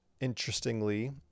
interestingly